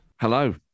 Hello